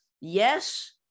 Yes